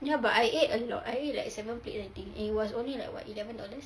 ya but I ate a lot I ate like seven plate I think and it was only like what eleven dollars